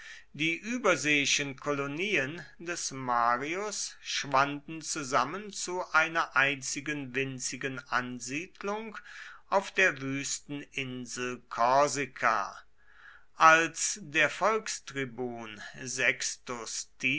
die überseeischen kolonien des marius schwanden zusammen zu einer einzigen winzigen ansiedelung auf der wüsten insel korsika als der volkstribun sextus